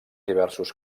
diversos